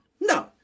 No